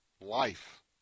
life